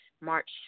March